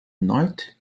night